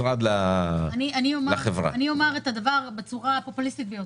אני חושבת שהדיון לא צריך להיות אצלנו.